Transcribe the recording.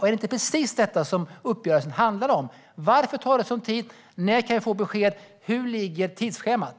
Är det inte precis detta uppgörelsen handlar om? Varför tar det sådan tid? När kan jag få besked? Hur ligger tidsschemat?